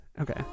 Okay